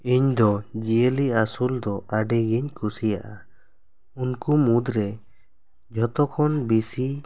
ᱤᱧ ᱫᱚ ᱡᱤᱭᱟᱹᱞᱤ ᱟᱹᱥᱩᱞ ᱫᱚ ᱟᱹᱰᱤ ᱜᱮᱧ ᱠᱩᱥᱤᱭᱟᱜᱼᱟ ᱩᱱᱠᱩ ᱢᱩᱫᱽᱨᱮ ᱡᱚᱛᱚ ᱠᱷᱚᱱ ᱵᱮᱥᱤ